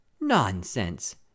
Nonsense